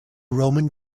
roman